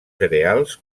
cereals